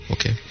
Okay